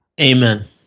Amen